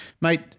Mate